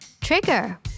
Trigger